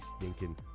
stinking